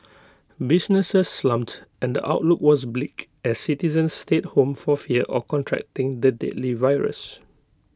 businesses slumped and the outlook was bleak as citizens stayed home for fear of contracting the deadly virus